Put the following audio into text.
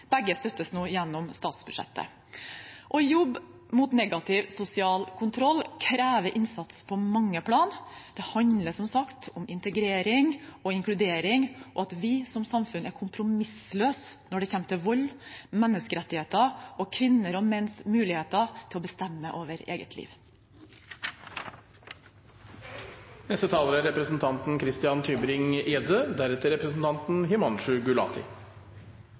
Begge støttes nå gjennom statsbudsjettet. Å jobbe mot negativ sosial kontroll krever innsats på mange plan. Det handler som sagt om integrering og inkludering og at vi som samfunn er kompromissløse når det gjelder vold, menneskerettigheter og kvinner og menns mulighet til å bestemme over eget